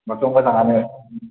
होनबाथ' मोजांआनो